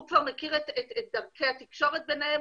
הוא כבר מכיר את דרכי התקשורת ביניהם,